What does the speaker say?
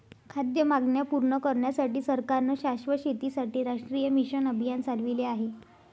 खाद्य मागण्या पूर्ण करण्यासाठी सरकारने शाश्वत शेतीसाठी राष्ट्रीय मिशन अभियान चालविले आहे